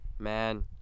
Man